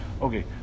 okay